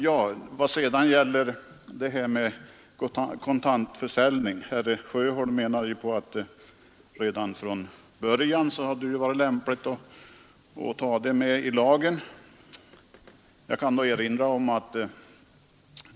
När det gäller kontantförsäljning ansåg herr Sjöholm att det hade varit lämpligt att redan från början låta denna omfattas av lagen.